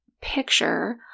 picture